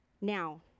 Now